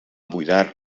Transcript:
buidar